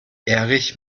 erich